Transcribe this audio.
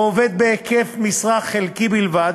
או עובד בהיקף משרה חלקי בלבד